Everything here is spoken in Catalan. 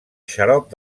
xarop